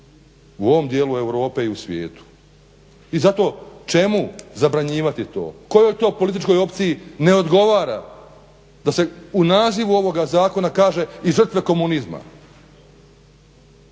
u ovom dijelu Europe i u svijetu. I zato čemu zabranjivati to, kojoj to političkoj opciji ne odgovara da se u nazivu ovoga zakona kaže i žrtve komunizma.